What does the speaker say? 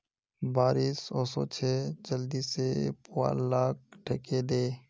बारिश ओशो छे जल्दी से पुवाल लाक ढके दे